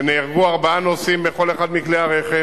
שנהרגו בהן ארבעה נוסעים בכל אחד מכלי-הרכב.